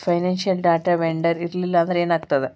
Financial data vendor ಇರ್ಲ್ಲಿಲ್ಲಾಂದ್ರ ಏನಾಗ್ತದ?